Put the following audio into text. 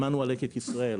שמענו על "לקט ישראל",